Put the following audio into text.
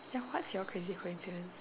ya what's your crazy coincidence